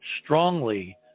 strongly